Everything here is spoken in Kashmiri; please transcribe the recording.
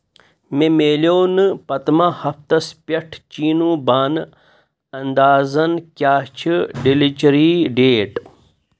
مےٚ مِلٮ۪و نہٕ پٔتما ہفتس پٮ۪ٹھ چیٖنو بانہٕ ، انٛدازَن کیٛاہ چھِ ڈیلیچری ڈیٹ